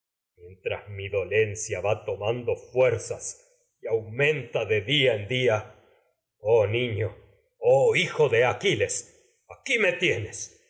mi dolencia va tomando fuer zas y aumenta de día en día oh niño oh hijo vez de aquiles aquí brás me tienes